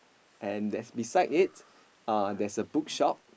and that's beside it uh there's a bookshop